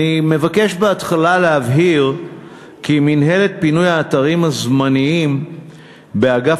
1. אני מבקש בהתחלה להבהיר כי מינהלת פינוי האתרים הזמניים באגף